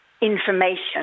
information